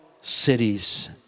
cities